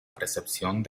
percepción